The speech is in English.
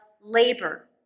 labor